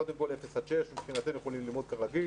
קודם כל אפס עד שש מבחינתנו יכולים ללמוד כרגיל.